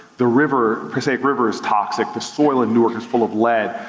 the river, passaic river is toxic, the soil in newark is full of lead,